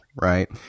right